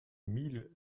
mille